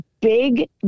big